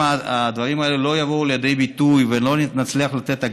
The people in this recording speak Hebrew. אם הדברים האלה לא יבואו לידי ביטוי ולא נצליח לתת הגנה,